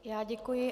Já děkuji.